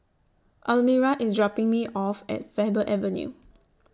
Almyra IS dropping Me off At Faber Avenue